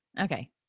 Okay